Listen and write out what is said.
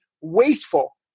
wasteful